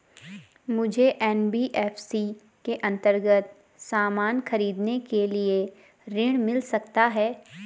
मुझे एन.बी.एफ.सी के अन्तर्गत सामान खरीदने के लिए ऋण मिल सकता है?